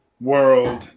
World